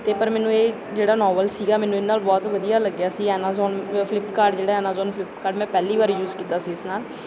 ਅਤੇ ਪਰ ਮੈਨੂੰ ਇਹ ਜਿਹੜਾ ਨਾਵਲ ਸੀਗਾ ਮੈਨੂੰ ਇਹ ਨਾਲ ਬਹੁਤ ਵਧੀਆ ਲੱਗਿਆ ਸੀ ਐਮਾਜ਼ੋਨ ਫਲਿੱਪਕਾਰਟ ਜਿਹੜਾ ਐਮਾਜ਼ੋਨ ਫਲਿੱਪਕਾਰਟ ਮੈਂ ਪਹਿਲੀ ਵਾਰੀ ਯੂਜ ਕੀਤਾ ਸੀ ਇਸ ਨਾਲ